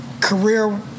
career